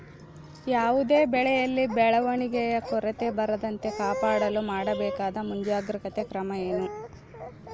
ಯಾವುದೇ ಬೆಳೆಯಲ್ಲಿ ಬೆಳವಣಿಗೆಯ ಕೊರತೆ ಬರದಂತೆ ಕಾಪಾಡಲು ಮಾಡಬೇಕಾದ ಮುಂಜಾಗ್ರತಾ ಕ್ರಮ ಏನು?